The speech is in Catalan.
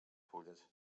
fulles